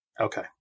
Okay